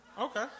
Okay